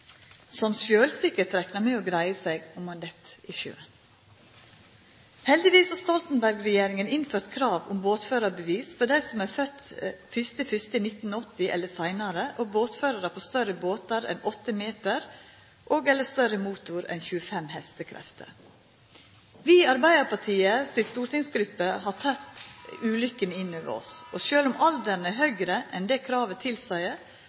sjølvsikkert reknar med å greia seg om han dett i sjøen. Heldigvis har Stoltenberg-regjeringa innført krav om båtførarbevis for dei som er fødde 1. januar 1980 eller seinare, og båtførarar på større båtar enn 8 meter og/eller større motor enn 25 hestekrefter. Vi i Arbeidarpartiet si stortingsgruppe har teke ulukkene inn over oss. Sjølv om alderen er høgare enn det kravet tilseier, har nærare 15 representantar no meldt seg på båtførarprøva til